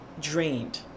drained